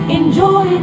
enjoy